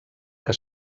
que